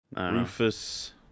Rufus